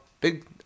big